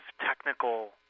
technical